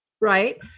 right